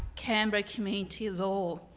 canberra community law.